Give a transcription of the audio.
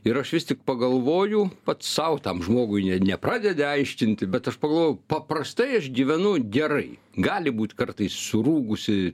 ir aš vis tik pagalvoju pats sau tam žmogui ne nepradedi aiškinti bet aš pagalvoju paprastai aš gyvenu gerai gali būt kartais surūgusi